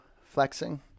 flexing